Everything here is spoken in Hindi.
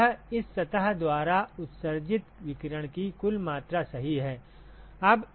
तो यह इस सतह द्वारा उत्सर्जित विकिरण की कुल मात्रा सही है